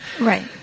Right